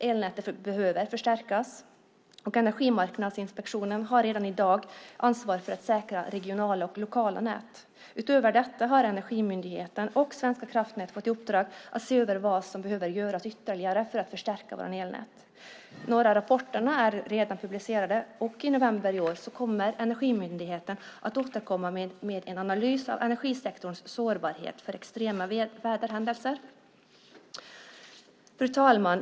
Elnätet behöver förstärkas, och Energimarknadsinspektionen har redan i dag ansvar för att säkra regionala och lokala nät. Utöver detta har Energimyndigheten och Svenska kraftnät fått i uppdrag att se över vad som behöver göras ytterligare för att förstärka våra elnät. Några av rapporterna är redan publicerade, och i november i år kommer Energimyndigheten att återkomma med en analys av energisektorns sårbarhet för extrema väderhändelser. Fru talman!